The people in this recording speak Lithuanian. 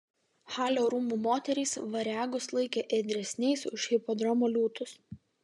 halio rūmų moterys variagus laikė ėdresniais už hipodromo liūtus